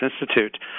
Institute